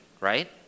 right